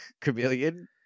chameleon